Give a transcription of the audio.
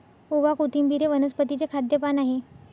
ओवा, कोथिंबिर हे वनस्पतीचे खाद्य पान आहे